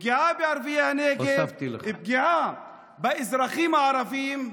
פגיעה בערביי הנגב ופגיעה באזרחים הערבים.